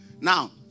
Now